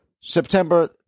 september